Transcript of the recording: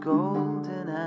Golden